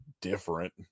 different